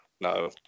No